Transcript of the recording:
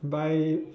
buy